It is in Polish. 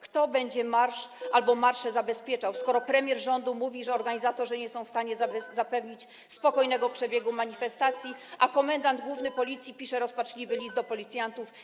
Kto będzie marsz albo marsze zabezpieczał, skoro premier rządu mówi, że organizatorzy nie są w stanie zapewnić spokojnego przebiegu manifestacji, a komendant główny Policji pisze rozpaczliwy list do policjantów: